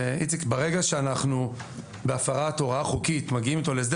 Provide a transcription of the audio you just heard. ברגע שבהפרת הוראה חוקית אנחנו מגיעים איתו להסדר